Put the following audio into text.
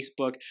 Facebook